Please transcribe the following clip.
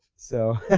so,